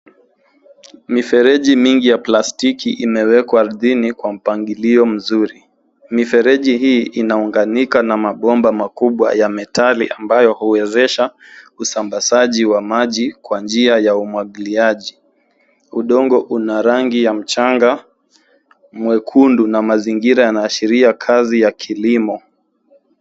Mifereji mingi ya plastiki imewekwa ardhini kwa mpangilio mzuri. Mifereji hii inaunganika na mabomba makubwa ya metal ambayo huwezesha usambazaji wa maji kwa njia ya umwagiliaji. Udongo una rangi ya mchanga mwekundu na mazingira yanaashiria kazi ya kilimo.